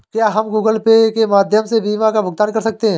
क्या हम Google Pay के माध्यम से बीमा का भुगतान कर सकते हैं?